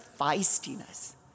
feistiness